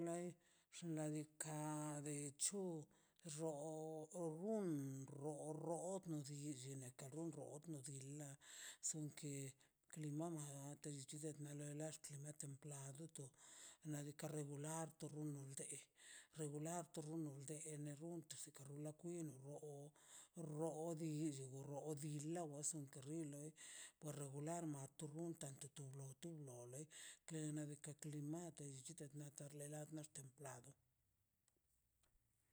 Loi xnaꞌ diikaꞌ be chu rroo rgun rroo rroo na si llin neka rrun rroot la sunke klimonada lo templado nadika regular to rrun nol de regular to rrunno dee ke no rrun si ka rrulan kwin roo roo di di bu rro di di lawa ston killi wilei por regular naꞌ tu rruntan de tu lu tu no lei kree kanika klin mate llichit belad maxte lado.